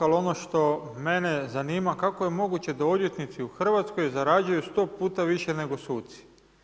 Ali ono što mene zanima kako je moguće da odvjetnici u Hrvatskoj zarađuju 100 puta više nego suci.